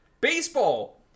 Baseball